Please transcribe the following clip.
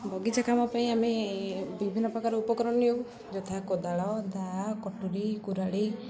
ବଗିଚା କାମ ପାଇଁ ଆମେ ବିଭିନ୍ନ ପ୍ରକାର ଉପକରଣ ନେଉ ଯଥା କୋଦାଳ ଦାଆ କଟୁରୀ କୁରାଢ଼ୀ